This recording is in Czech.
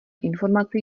informace